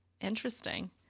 Interesting